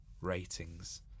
Ratings